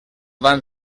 van